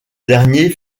dernier